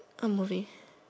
I'm moving